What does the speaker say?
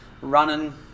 running